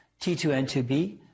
T2N2B